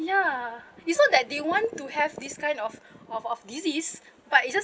ya it's not that they want to have this kind of of of disease but it's just